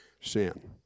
sin